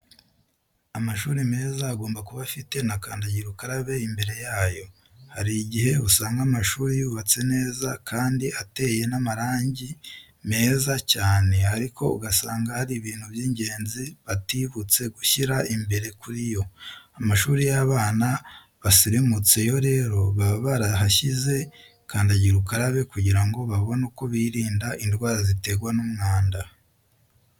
Amashuri meza agomba kuba afite na kandagira ukarabe imbere yayo. Hari igihe usanga amashuri yubatse neza kandi ateye n'amarangi meza cyane ariko ugasanga hari ibintu by'ingenzi batibutse gushyira imbere kuri yo. Amashuri y'abana basirimutse yo rero baba barahashyize kandagira ukarabe kugira ngo babone uko birinda indwara ziterwa n'umwanda.